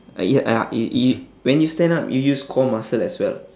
uh ya uh y~ y~ when you stand up you use core muscle as well